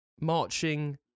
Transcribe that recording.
marching